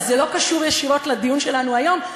זה לא קשור ישירות לדיון שלנו היום,